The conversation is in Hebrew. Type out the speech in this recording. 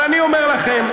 אבל אני אומר לכם,